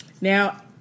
Now